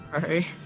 Sorry